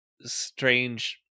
strange